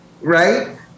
right